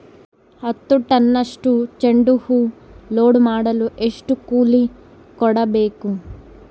ಹತ್ತು ಟನ್ನಷ್ಟು ಚೆಂಡುಹೂ ಲೋಡ್ ಮಾಡಲು ಎಷ್ಟು ಕೂಲಿ ಕೊಡಬೇಕು?